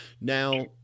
Now